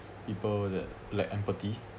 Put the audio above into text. people that like empathy